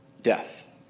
death